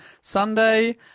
Sunday